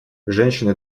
женщины